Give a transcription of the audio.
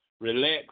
relax